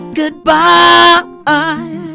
goodbye